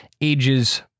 ages